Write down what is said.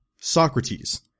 Socrates